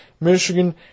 Michigan